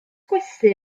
gwesty